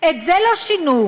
את זה לא שינו,